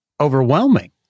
overwhelming